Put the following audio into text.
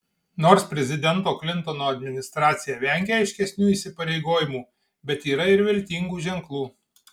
nors prezidento klintono administracija vengia aiškesnių įsipareigojimų bet yra ir viltingų ženklų